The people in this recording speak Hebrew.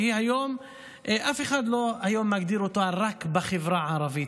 שהיום אף אחד לא מגדיר אותה רק בחברה הערבית,